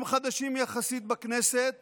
הם חדשים יחסית בכנסת